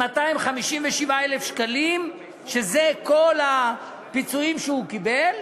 מ-257,000 שקלים, שזה כל הפיצויים שהוא קיבל,